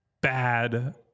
Bad